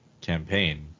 campaign